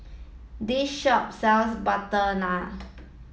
this shop sells butter naan